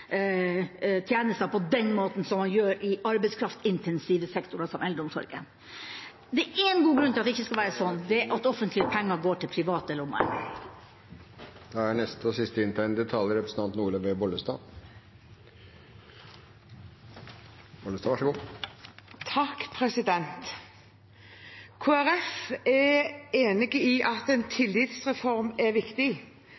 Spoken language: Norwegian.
tjenester på den måten som man gjør i arbeidskraftintensive sektorer som eldreomsorgen. Det er en god grunn til at det ikke skal være sånn, og det er at offentlige penger går i private lommer. Kristelig Folkeparti er enig i at en tillitsreform er viktig, men Arbeiderpartiet og SV må ikke framstille det som om det er